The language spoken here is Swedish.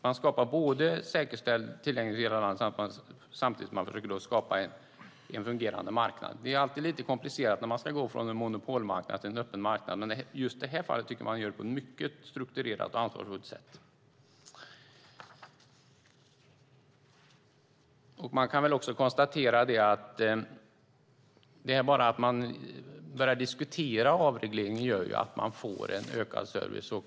Man skapar säkerställd tillgänglighet i hela landet samtidigt som man försöker skapa en fungerande marknad. Det är alltid lite komplicerat när man ska gå från en monopolmarknad till en öppen marknad. Men just i det här fallet tycker jag att man gör det på ett mycket strukturerat och ansvarsfullt sätt. Bara detta att man börjar diskutera avreglering gör att man får ökad service.